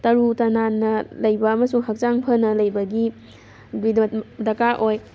ꯇꯔꯨ ꯇꯅꯥꯟꯅ ꯂꯩꯕ ꯑꯃꯁꯨꯡ ꯍꯛꯆꯥꯡ ꯐꯅ ꯂꯩꯕꯒꯤ ꯗꯔꯀꯥꯔ ꯑꯣꯏ